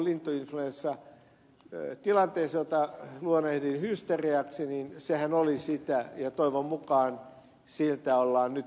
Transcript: sanon vielä tuohon lintuinfluenssatilanteeseen jota luonnehdin hysteriaksi että sehän oli sitä ja toivon mukaan siltä on nyt vältytty